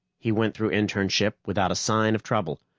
he went through internship without a sign of trouble.